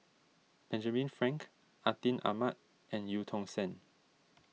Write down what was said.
Benjamin Frank Atin Amat and Eu Tong Sen